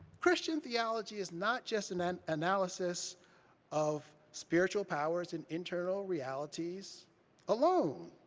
christian theology is not just an an analysis of spiritual powers and internal realities alone.